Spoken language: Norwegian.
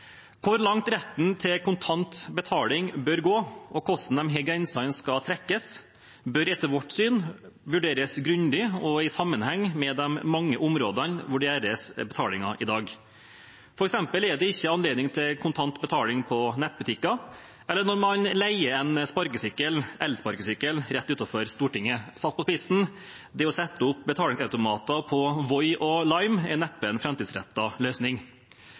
Hvor langt retten til kontant betaling bør gå, og hvordan disse grensene skal trekkes, bør etter vårt syn vurderes grundig og i sammenheng med de mange områdene hvor det gjøres betalinger i dag. For eksempel er det ikke anledning til kontant betaling i nettbutikker eller når man leier en elsparkesykkel rett utenfor Stortinget. Satt på spissen: Det å sette opp betalingsautomater på Voi og Lime er neppe en framtidsrettet løsning.